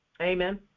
Amen